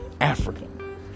African